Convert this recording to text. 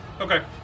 Okay